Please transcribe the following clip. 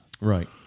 right